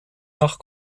nach